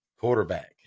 quarterback